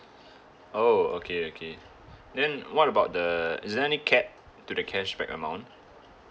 oh okay okay then what about the is there any capped to the cashback amount